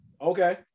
Okay